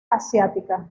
asiática